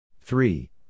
three